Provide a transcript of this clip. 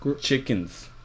chickens